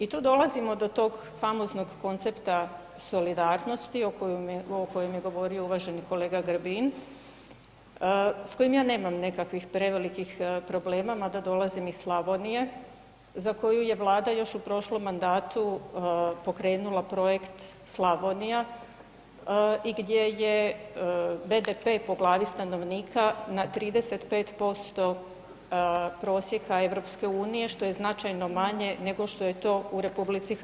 I to dolazimo do tog famoznog koncepta solidarnosti o kojem je govorio uvaženi kolega Grbin, s kojim ja nemam nekakvih prevelikih problema, mada dolazim iz Slavonije za koju je Vlada još u prošlom mandatu pokrenula projekt Slavonija i gdje je BDP po glavi stanovnika na 35% prosjeka EU, što je značajno manje nego što je to u RH.